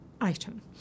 item